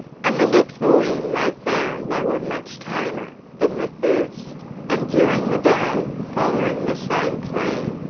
and the next morning they found they were much tamer than the first and during the day, following the same plan,